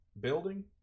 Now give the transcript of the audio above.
building